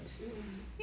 mmhmm mmhmm mmhmm